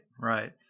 right